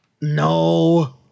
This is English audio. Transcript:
No